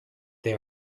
they